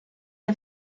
der